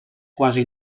quasi